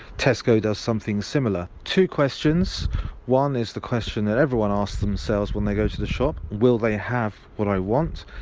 tesco does something similar. two questions one, is the question that everyone asks themselves when they go to the shop will they have what i want?